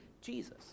Jesus